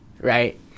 right